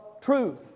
truth